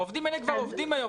העובדים האלה כבר עובדים היום,